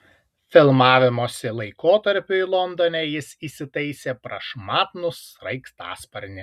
filmavimosi laikotarpiui londone jis įsitaisė prašmatnų sraigtasparnį